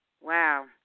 Wow